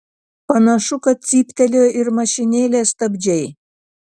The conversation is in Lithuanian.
panašu kad cyptelėjo ir mašinėlės stabdžiai